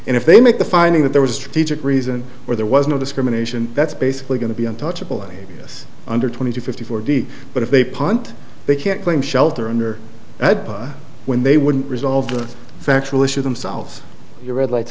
and if they make the finding that there was a strategic reason where there was no discrimination that's basically going to be untouchable in this under twenty two fifty four d but if they punt they can't claim shelter under that but when they wouldn't resolve the factual issue themselves your red lights